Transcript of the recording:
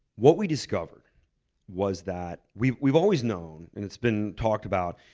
what we discovered was that we've we've always known, and it's been talked about,